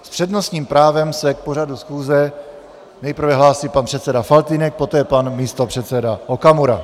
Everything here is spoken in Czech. S přednostním právem se k pořadu schůze nejprve hlásí pan předseda Faltýnek, poté pan místopředseda Okamura.